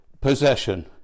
possession